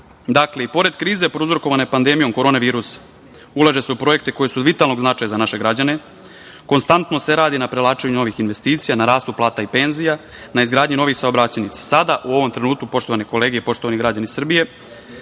i pored krize prouzrokovane pandemijom korona virusa, ulaže se u projekte koji su od vitalnog značaja za naše građane, konstantno se radi na privlačenju novih investicija, na rastu plata i penzija, na izgradnji novih saobraćajnica. Sada, u ovom trenutku, poštovane kolege i poštovani građani Srbije,